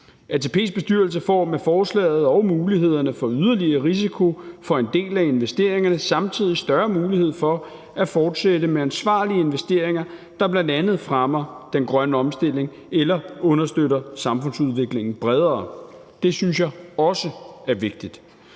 ATP's bestyrelse får med forslaget og mulighederne for yderligere risiko for en del af investeringerne samtidig større mulighed for at fortsætte med ansvarlige investeringer, der bl.a. fremmer den grønne omstilling eller understøtter samfundsudviklingen bredere. Det synes jeg også er vigtigt.